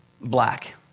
Black